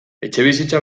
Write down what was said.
etxebizitza